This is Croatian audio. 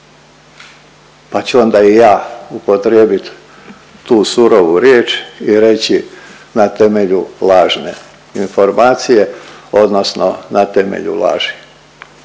Pa ću onda i ja upotrijebit tu surovu riječ i reći na temelju lažne informacije odnosno na temelju laži.